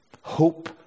Hope